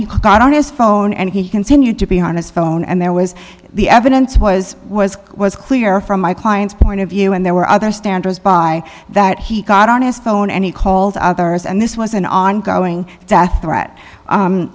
he got on his phone and he continued to be on his phone and there was the evidence was was was clear from my client's point of view and there were other standards by that he got on his phone and he called others and this was an ongoing death threat